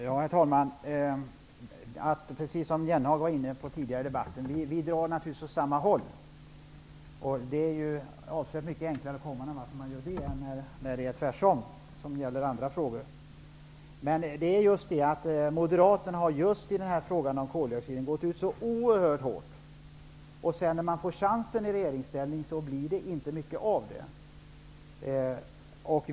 Herr talman! Vi drar naturligtvis, precis som Jan Jennehag nämnde tidigare i debatten, åt samma håll. Det är avsevärt mycket enklare att komma framåt när vi gör det än när det är tvärtom, som i många andra frågor. Moderaterna har just i denna fråga gått ut så oerhört hårt. När de sedan får chansen i regeringsställning, blir det inte mycket av det hela.